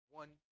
one